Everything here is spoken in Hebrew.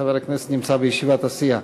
חבר הכנסת נמצא בישיבת הסיעה.